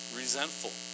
resentful